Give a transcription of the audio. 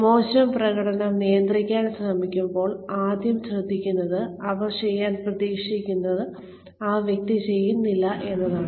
മോശം പ്രകടനം നിയന്ത്രിക്കാൻ ശ്രമിക്കുമ്പോൾ ആദ്യം ശ്രദ്ധിക്കുന്നത് അവർ ചെയ്യാൻ പ്രതീക്ഷിക്കുന്നത് ആ വ്യക്തി ചെയ്യുന്നില്ല എന്നതാണ്